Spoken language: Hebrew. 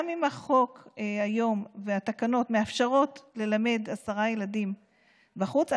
אם החוק היום והתקנות מאפשרים ללמד עשרה ילדים בחוץ,